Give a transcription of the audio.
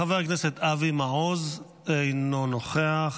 חבר הכנסת אבי מעוז, אינו נוכח.